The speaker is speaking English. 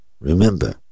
Remember